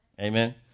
Amen